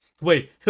Wait